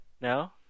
No